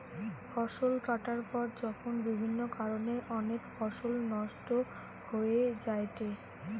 ফসল কাটার পর যখন বিভিন্ন কারণে অনেক ফসল নষ্ট হয়ে যায়েটে